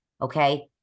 Okay